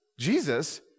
Jesus